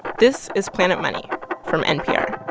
this is planet money from npr